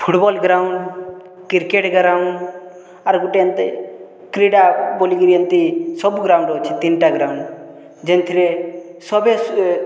football ground cricket ground ଆର୍ ଗୁଟେ ଏନ୍ତି କ୍ରୀଡ଼ା ବୋଲିକିରି ଏମିତି ସବୁ ଗ୍ରାଉଣ୍ଡ୍ ଅଛେ ତିନ୍ଟା ଗ୍ରାଉଣ୍ଡ୍ ଯେନ୍ଥିରେ ସବେ